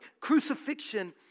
crucifixion